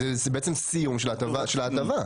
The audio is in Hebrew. זה בעצם סיום של ההטבה.